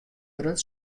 grut